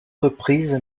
reprises